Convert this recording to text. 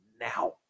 now